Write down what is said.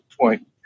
point